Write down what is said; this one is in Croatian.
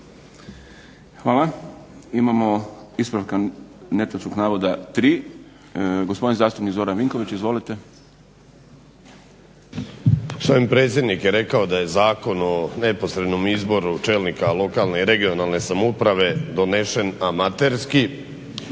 Hvala. Imamo ispravka netočnog navoda 3. Gospodin zastupnik Zoran Vinković. Izvolite. **Vinković, Zoran (HDSSB)** S ovim predsjednik je rekao da je Zakon o neposrednom izboru čelnika lokalne i regionalne samouprave donesen amaterski.